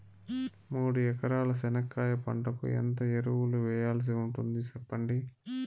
మూడు ఎకరాల చెనక్కాయ పంటకు ఎంత ఎరువులు వేయాల్సి ఉంటుంది సెప్పండి?